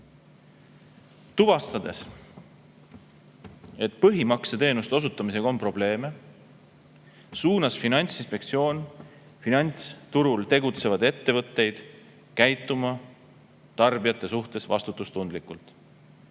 tuvastanud, et põhimakseteenuste osutamisega on probleeme, suunas Finantsinspektsioon finantsturul tegutsevaid ettevõtteid käituma tarbijate suhtes vastutustundlikult.